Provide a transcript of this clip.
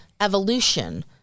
evolution